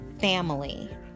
family